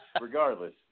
regardless